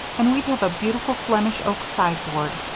and we'd have a beautiful flemish oak sideboard.